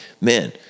man